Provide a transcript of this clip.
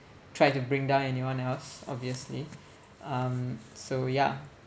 try to bring down anyone else obviously um so yeah